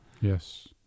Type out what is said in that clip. Yes